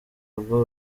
rwo